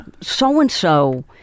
so-and-so